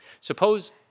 suppose